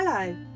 Hello